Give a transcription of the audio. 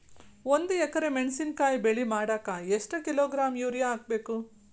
ಒಂದ್ ಎಕರೆ ಮೆಣಸಿನಕಾಯಿ ಬೆಳಿ ಮಾಡಾಕ ಎಷ್ಟ ಕಿಲೋಗ್ರಾಂ ಯೂರಿಯಾ ಹಾಕ್ಬೇಕು?